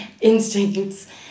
Instincts